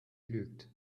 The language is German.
lügt